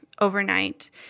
overnight